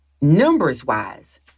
numbers-wise